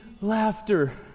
Laughter